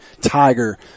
tiger